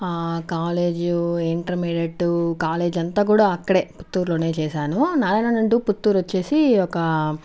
college intermediate college అంతా కూడా అక్కడే పుత్తూరులోనే చేశాను నారాయణ నుండి పుత్తూరు వచ్చేసి ఒక